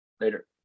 Later